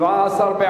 סעיף 1 נתקבל.